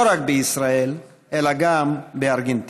לא רק בישראל, אלא גם בארגנטינה.